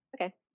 Okay